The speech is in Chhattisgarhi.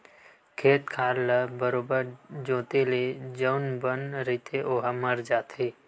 खेत खार ल बरोबर जोंते ले जउन बन रहिथे ओहा मर जाथे